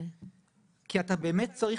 כי אתה ממש צריך